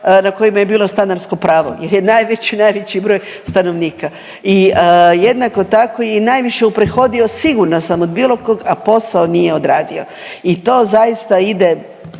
na kojima je bilo stanarsko pravo jer je najveći broj stanovnika. I jednako tako je najviše uprihodio sigurna sam od bilo kog a posao nije odradio i to zaista ide